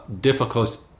difficult